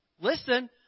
Listen